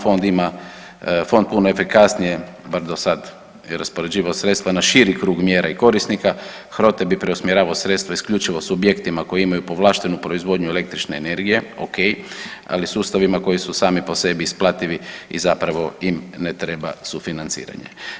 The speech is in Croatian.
Fond ima, fond puno efikasnije bar do sad je raspoređivao sredstva na širi krug mjera i korisnika, HROTE bi preusmjeravao sredstva isključivo subjektima koji imaju povlaštenu proizvodnju električne energije, okej, ali sustavima koji su sami po sebi isplativi i zapravo im ne treba sufinanciranje.